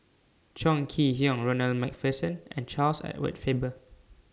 Chong Kee Hiong Ronald MacPherson and Charles Edward Faber